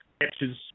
captures